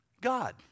God